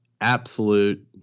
absolute